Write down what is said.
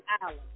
Island